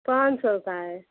पाँच सौ का है